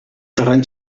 terreny